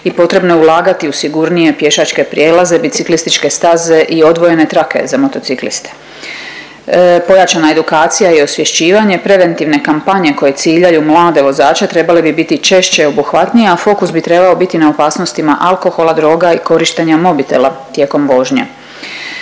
i potrebno je ulagati u sigurnije pješačke prijelaze, biciklističke staze i odvojene trake za motocikliste. Pojačana edukacija i osvješćivanje, preventivne kampanje koje ciljaju mlade vozače trebale bi biti češće i obuhvatnije, a fokus bi trebao biti na opasnostima alkohola, droga i korištenja mobitela tijekom vožnje.